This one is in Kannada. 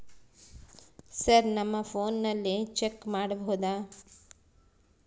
ಸರ್ ನಮ್ಮ ಫೋನಿನಲ್ಲಿ ಚೆಕ್ ಮಾಡಬಹುದಾ?